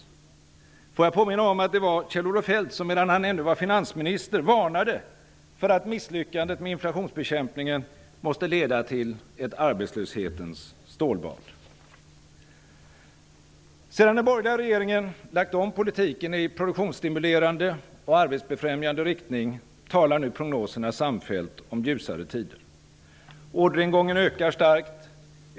Jag får kanske påminna om att det var Kjell-Olof Feldt som medan han ännu var finansminister varnade för att misslyckandet med inflationsbekämpningen måste leda till ett Sedan den borgerliga regeringen lagt om politiken i produktionsstimulerande och arbetsbefrämjande riktning talar nu prognoserna samfällt om ljusare tider. Orderingången ökar starkt.